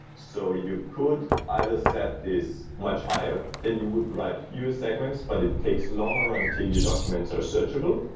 so you could either set this much higher than you would write fewer segments, but it takes long or until your documents are searchable,